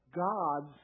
God's